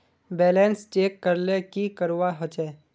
Balance check करले की करवा होचे?